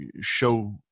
show